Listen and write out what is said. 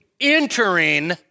entering